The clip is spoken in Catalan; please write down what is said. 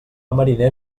mariner